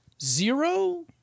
zero